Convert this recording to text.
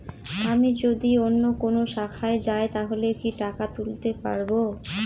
আমি যদি অন্য কোনো শাখায় যাই তাহলে কি টাকা তুলতে পারব?